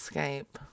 Skype